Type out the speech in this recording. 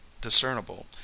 discernible